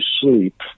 sleep